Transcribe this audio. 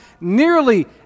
nearly